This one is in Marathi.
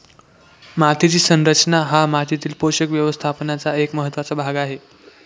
मातीची संरचना हा मातीतील पोषक व्यवस्थापनाचा एक महत्त्वाचा भाग आहे